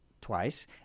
twice